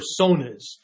personas